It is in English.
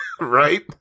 Right